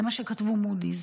זה מה שכתבה מודי'ס.